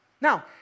Now